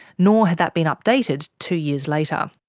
nor had that been updated two years later.